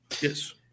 Yes